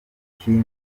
kim